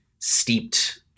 steeped